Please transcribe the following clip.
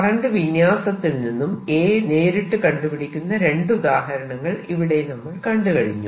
current വിന്യാസത്തിൽ നിന്നും A നേരിട്ട് കണ്ടുപിടിക്കുന്ന രണ്ട് ഉദാഹരണങ്ങൾ ഇവിടെ നമ്മൾ കണ്ടുകഴിഞ്ഞു